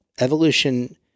Evolution